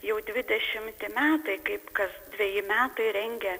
jau dvidešimti metai kaip kas dveji metai rengia